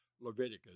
Leviticus